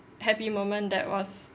happy moment that was